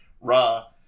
Ra